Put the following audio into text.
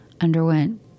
underwent